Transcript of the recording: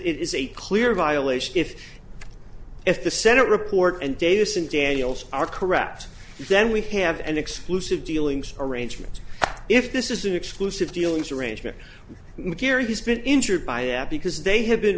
a clear violation if if the senate report and davis and daniels are correct then we have an exclusive dealings arrangement if this is an exclusive dealings arrangement with gary he's been injured by yeah because they have been